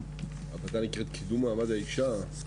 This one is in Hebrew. הוועדה נקראת קידום מעמד האישה.